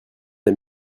les